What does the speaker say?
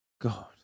God